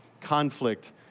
conflict